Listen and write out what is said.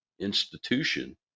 institution